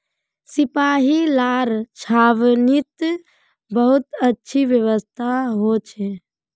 सिपाहि लार छावनीत बहुत अच्छी व्यवस्था हो छे